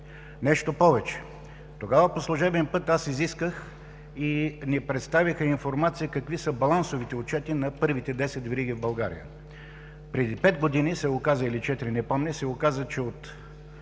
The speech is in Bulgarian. Нещо повече, тогава по служебен път аз изисках и ни представиха информация какви са балансовите отчети на първите десет вериги в България. Преди 4 – 5 години, не помня, се оказа, че от